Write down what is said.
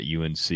UNC